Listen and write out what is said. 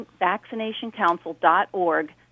vaccinationcouncil.org